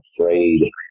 afraid